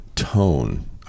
tone